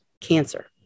cancer